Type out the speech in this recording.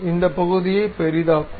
இந்த பகுதியை பெரிதாக்குவோம்